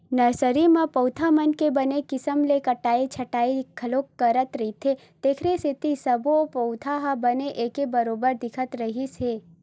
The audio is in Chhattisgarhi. नरसरी म पउधा मन के बने किसम ले कटई छटई घलो करत रहिथे तेखरे सेती सब्बो पउधा ह बने एके बरोबर दिखत रिहिस हे